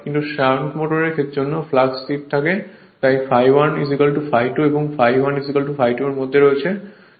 কিন্তু শান্ট মোটরের জন্য ফ্লাক্স স্থির থাকে তাই ∅1 ∅ 2 এবং ∅1 ∅ 2 এর মধ্যে রয়েছে